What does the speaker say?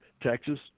Texas